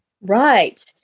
Right